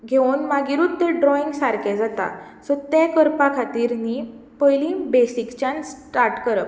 घेवन मागीरूच तें ड्रोवींग सारकें जाता सो तें करपा खातीर न्ही पयलीं बेसीक्सच्यान स्टार्ट करप